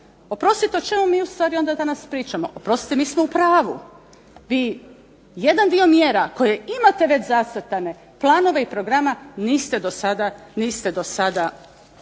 Oprostite o čemu mi ustvari onda danas pričamo? Oprostite mi smo u pravu. Vi jedan dio mjera koje imate već zacrtane planova i programa niste dosada na